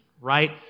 right